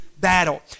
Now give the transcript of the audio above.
battle